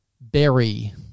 Berry